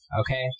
okay